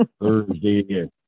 thursday